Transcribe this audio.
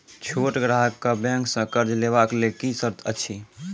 छोट ग्राहक कअ बैंक सऽ कर्ज लेवाक लेल की सर्त अछि?